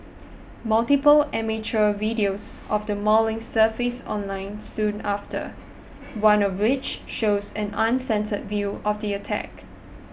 multiple amateur videos of the mauling surfaced online soon after one of which shows an uncensored view of the attack